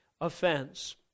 offense